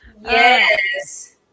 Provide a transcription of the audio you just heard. Yes